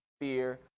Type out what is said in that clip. fear